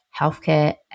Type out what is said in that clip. healthcare